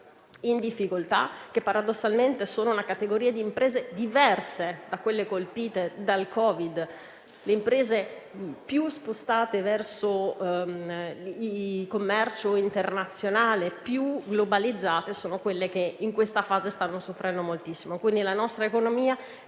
in difficoltà, che sono una categoria diverse da quelle colpite dal Covid: le imprese più spostate verso il commercio internazionale, più globalizzate, sono quelle che in questa fase stanno soffrendo moltissimo. La nostra economia